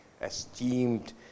esteemed